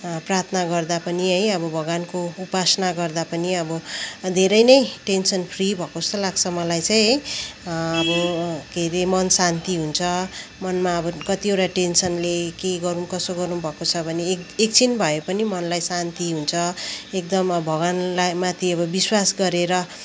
प्रार्थना गर्दा पनि है अब भगवान्को उपासना गर्दा पनि अब धेरै नै टेन्सन फ्री भएको जस्तो लाग्छ मलाई चाहिँ है अब के अरे मन शान्ति हुन्छ मनमा अब कतिवटा टेन्सनले के गरौँ कसो गरौँ भएको छ भने एकछिन भए पनि मनलाई शान्ति हुन्छ एकदम अब भगवान्लामाथि अब विश्वास गरेर